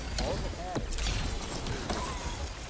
all that matters you'll remember